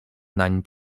nań